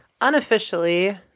unofficially